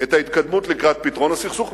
את ההתקדמות לקראת פתרון הסכסוך,